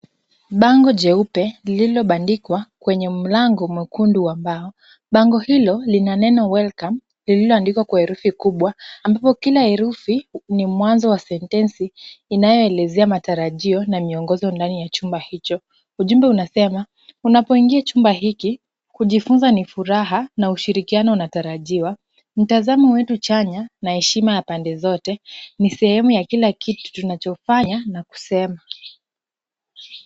Bango jeupe lililobandikwa kwenye mlango mwekundu wa mbao. Bango hilo lina neno welcome lililoandikwa kwa herufi kubwa ambapo kila herufi ni mwanzo wa sentensi inayoelezea matarajio na miongozo ndani ya chumba hicho. Ujumbe unasema, unapoingia chumba hiki, kujifunza ni furaha na ushirikiano unatarajiwa. Mtazamo wetu chanya na heshima ya pande zote ni sehemu ya kila kitu tunachofanya na kusema.